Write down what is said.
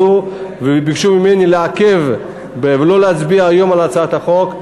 וביקשו ממני לעכב ולא להצביע היום על הצעת החוק.